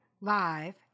Live